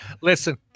Listen